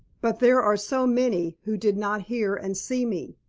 but there are so many who did not hear and see me.